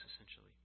essentially